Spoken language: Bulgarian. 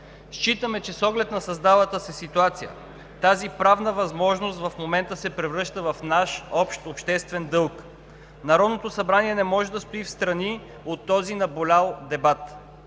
Считаме, че с оглед на създалата се ситуация тази правна възможност в момента се превръща в наш общ обществен дълг. Народното събрание не може да стои встрани от този наболял дебат.